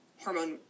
hormone